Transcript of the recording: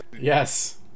yes